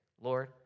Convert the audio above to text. Lord